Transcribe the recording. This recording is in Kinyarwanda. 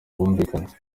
bwumvikane